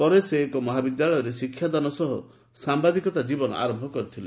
ପରେ ସେ ଏକ ମହାବିଦ୍ୟାଳୟରେ ଶିକ୍ଷାଦାନ ସହ ସାମ୍ବାଦିକତା ଜୀବନ ଆରମ୍ଭ କରିଥିଲେ